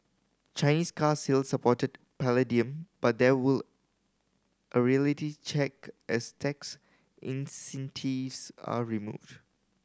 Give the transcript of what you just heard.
Chinese car sales supported palladium but there will a reality check as tax incentives are removed